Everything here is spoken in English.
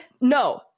No